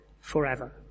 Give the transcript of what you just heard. forever